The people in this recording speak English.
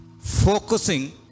focusing